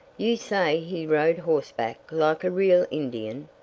you say he rode horseback like a real indian?